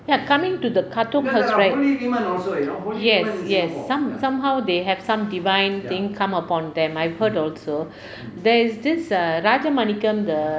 ya coming to the katong sounds right yes yes some somehow they have some divine thing come upon them I've heard also there is this err rajamanikam the